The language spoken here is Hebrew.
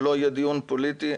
לא יהיה דיון פוליטי,